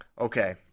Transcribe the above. Okay